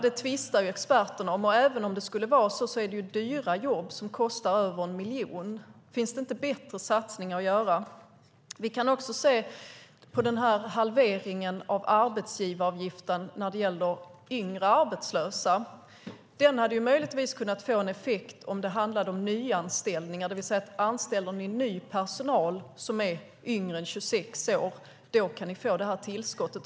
Det tvistar experterna om, och även om det skulle vara så är det fråga om dyra jobb, jobb som kostar över 1 miljon. Finns det inte bättre satsningar att göra? Vi kan även se på halveringen av arbetsgivaravgiften för yngre arbetslösa. Den hade möjligtvis kunnat få effekt om det handlat om nyanställningar, det vill säga om man anställde en ny person yngre än 26 år skulle man få tillskottet.